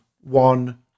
One